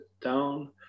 down